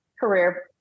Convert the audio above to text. career